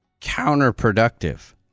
counterproductive